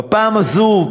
בפעם הזאת,